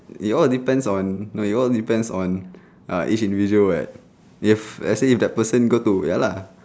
it all depends on it all depends on ah each individual [what] if let's say that person go to ya lah